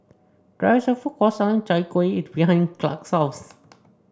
there is a food court selling Chai Kueh behind Clark's house